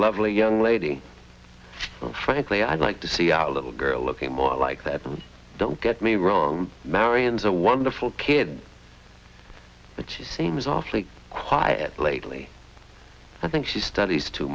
lovely young lady frankly i'd like to see our little girl looking more like that don't get me wrong marion's a wonderful kid but she seems awfully quiet lately i think she studies too